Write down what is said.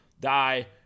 die